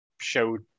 showed